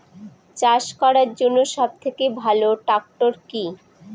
চাষ করার জন্য সবথেকে ভালো ট্র্যাক্টর কি?